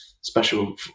special